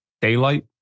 daylight